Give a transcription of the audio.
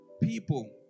people